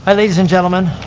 and ladies and gentlemen.